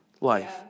life